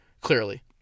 clearly